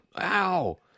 ow